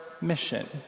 mission